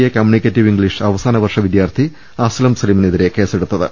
A communicative English അവസാന വർഷ വിദ്യാർത്ഥി അസ്ലം സലീമിനെതിരെ കേസെടുത്തത്